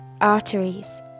arteries